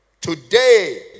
today